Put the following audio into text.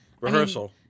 Rehearsal